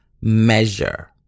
measure